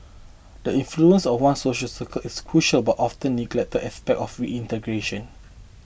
the influence of one's social circles is a crucial but oft neglected aspect of reintegration